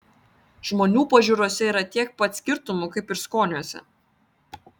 žmonių pažiūrose yra tiek pat skirtumų kaip ir skoniuose